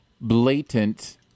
blatant